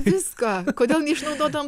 viską kodėl neišnaudodavom